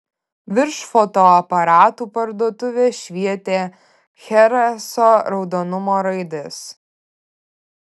virš fotoaparatų parduotuvės švietė chereso raudonumo raidės